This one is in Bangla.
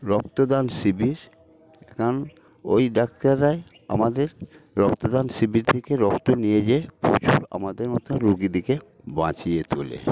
রক্তদান শিবির এখন ওই ডাক্তাররাই আমাদের রক্তদান শিবির থেকে রক্ত নিয়ে যেয়ে প্রচুর আমাদের মতো রোগীদেরকে বাঁচিয়ে তোলে